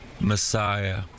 Messiah